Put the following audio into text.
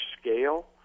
scale